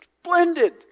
splendid